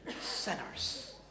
sinners